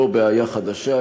לא בעיה חדשה,